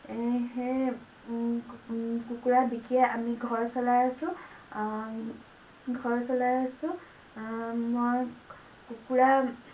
এই সেয়ে কুকুৰা বিকিয়াই আমি ঘৰ চলাই আছো ঘৰ চলাই আছো মই কুকুৰা